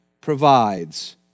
provides